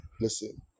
listen